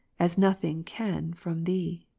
as nothing can from thee.